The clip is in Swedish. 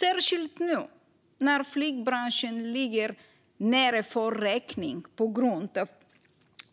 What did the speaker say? Särskilt nu, när flygbranschen ligger nere för räkning på grund av